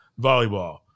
volleyball